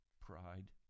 Pride